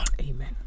amen